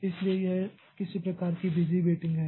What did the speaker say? इसलिए यह किसी प्रकार की बिज़ी वेटिंग है